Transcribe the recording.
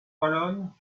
wallonne